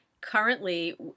currently